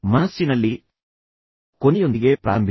ಮನಸ್ಸಿನಲ್ಲಿ ಕೊನೆಯೊಂದಿಗೆ ಪ್ರಾರಂಭಿಸಿ